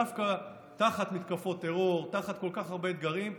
דווקא תחת מתקפות טרור ותחת כל כך הרבה אתגרים,